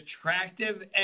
attractive